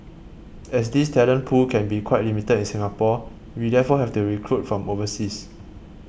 as this talent pool can be quite limited in Singapore we therefore have to recruit from overseas